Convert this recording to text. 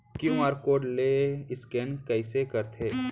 QR code ले scan कइसे करथे?